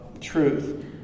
truth